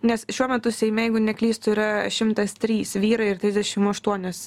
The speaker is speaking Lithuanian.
nes šiuo metu seime jeigu neklystu yra šimtas trys vyrai ir trisdešim aštuonios